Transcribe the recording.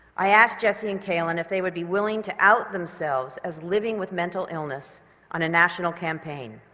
i asked jessie and calen if they would be willing to out themselves as living with mental illness on a national campaign.